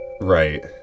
Right